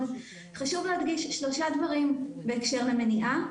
חשוב להדגיש שלושה דברים בהקשר למניעה,